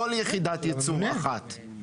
לא ליחידת ייצור אחת.